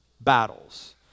battles